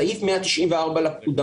סעיף 194 לפקודה.